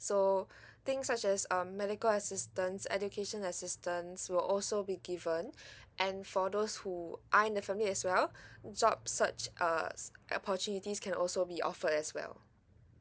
so things such as um medical assistance education assistance will also be given and for those who are in the family as well job search uh opportunities can also be offer as well